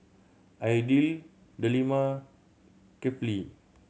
Aidil Delima Kefli